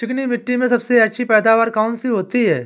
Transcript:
चिकनी मिट्टी में सबसे अच्छी पैदावार कौन सी होती हैं?